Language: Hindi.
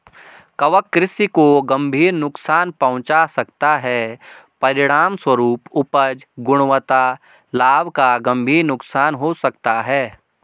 कवक कृषि को गंभीर नुकसान पहुंचा सकता है, परिणामस्वरूप उपज, गुणवत्ता, लाभ का गंभीर नुकसान हो सकता है